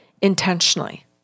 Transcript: intentionally